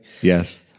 Yes